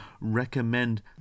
recommend